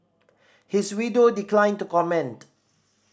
his widow declined to comment